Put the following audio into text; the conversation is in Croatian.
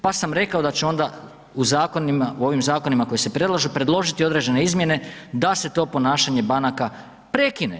Pa sam rekao da ću onda u zakonima, u ovim zakonima koji se predlažu predložiti određene izmjene da se to ponašanje banaka prekine.